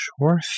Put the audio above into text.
Sure